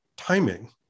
timing